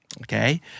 Okay